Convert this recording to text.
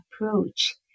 approach